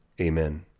amen